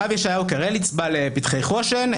הרב ישעיהו קרליץ בעל "פתחי חושן",